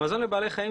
במזון לבעלי חיים,